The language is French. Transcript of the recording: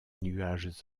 nuages